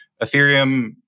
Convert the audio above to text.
Ethereum